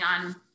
on